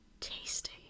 tasty